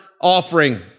offering